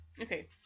Okay